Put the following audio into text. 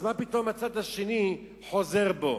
אז מה פתאום הצד השני חוזר בו?